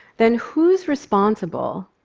then who's responsible,